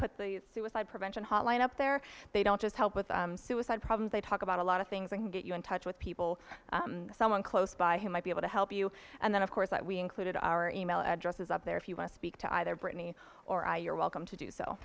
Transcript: put the suicide prevention hotline up there they don't just help with the suicide problem they talk about a lot of things and get you in touch with people someone close by who might be able to help you and then of course that we included our e mail addresses up there if you last speak to either britney or i you're welcome to do so